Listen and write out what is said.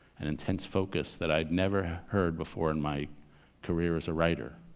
an intense focus that i'd never heard before in my career as a writer.